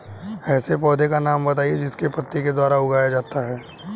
ऐसे पौधे का नाम बताइए जिसको पत्ती के द्वारा उगाया जाता है